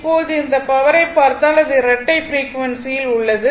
இப்போது அந்த பவரை பார்த்தால் இது இரட்டை ஃப்ரீக்வன்சி யில் உள்ளது